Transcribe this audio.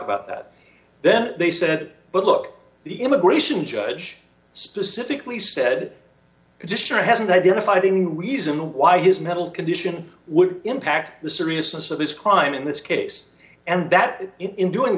about that then they said but look the immigration judge specifically said just sure hasn't identified any reason why his mental condition would impact the seriousness of this crime in this case and that in doing